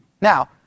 Now